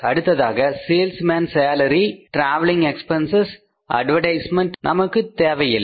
அடுத்ததாக salesman salary travelling express advertisement நமக்கு தேவையில்லை